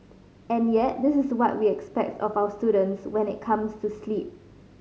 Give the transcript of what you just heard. and yet this is what we expect of our students when it comes to sleep